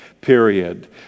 period